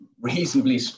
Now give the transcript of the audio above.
reasonably